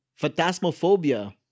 Phantasmophobia